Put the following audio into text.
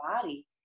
body